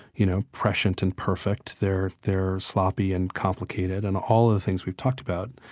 you know, prescient and perfect. they're they're sloppy and complicated and all of the things we've talked about.